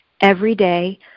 everyday